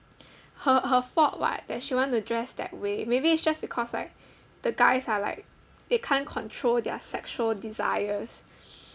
her her fault [what] that she want to dress that way maybe it's just because like the guys are like they can't control their sexual desires